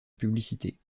publicité